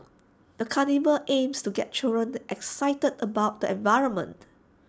the carnival aimed to get children excited about the environment